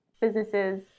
businesses